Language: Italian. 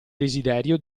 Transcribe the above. desiderio